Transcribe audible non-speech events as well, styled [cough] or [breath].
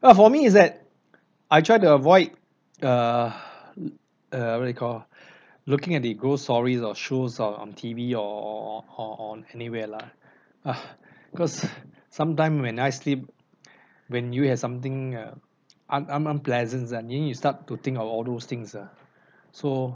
but for me is that I try to avoid err uh what do you call [breath] looking at the ghost stories or shows or on T_V or or or or on anywhere lah ugh cause sometime when I sleep when you have something err un~ un~ unpleasant and then you start to think of all those things ah so